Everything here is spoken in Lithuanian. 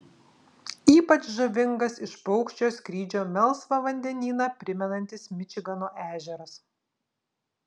ypač žavingas iš paukščio skrydžio melsvą vandenyną primenantis mičigano ežeras